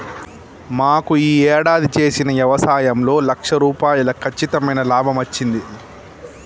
మాకు యీ యేడాది చేసిన యవసాయంలో లక్ష రూపాయలు కచ్చితమైన లాభమచ్చింది